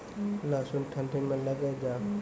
लहसुन ठंडी मे लगे जा?